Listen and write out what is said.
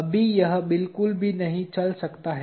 अभी यह बिल्कुल भी नहीं चल सकता है